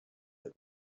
that